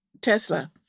Tesla